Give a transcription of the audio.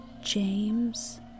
James